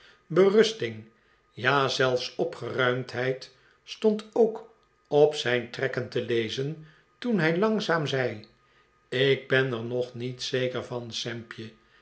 berusting ja zelfs opgeruimdheid stond ook op zijn trekken te lezen toen hij langzaam zei ik ben er nog niet zeker van sampje